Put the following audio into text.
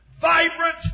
vibrant